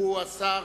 שהוא השר